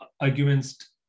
arguments